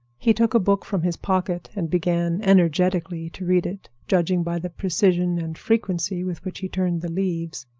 he took a book from his pocket and began energetically to read it, judging by the precision and frequency with which he turned the leaves.